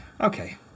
Okay